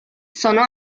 sono